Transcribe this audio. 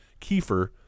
Kiefer